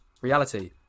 Reality